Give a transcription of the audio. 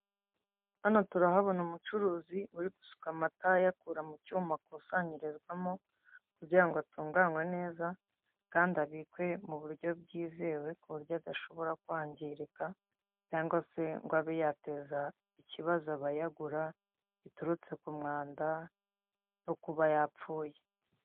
Hano turahabona umucuruzi uri gusuka amata ayakura mu cyuma akusanyirizwamo kugira ngo atunganywe neza kandi abikwe mu buryo bwizewe ku buryo adashobora kwangirika cyangwa se ngo abe yateza ikibazo abayagura biturutse ku mwanda no kuba yapfuye.